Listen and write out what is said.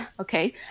okay